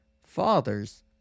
father's